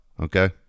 okay